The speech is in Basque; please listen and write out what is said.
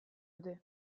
dute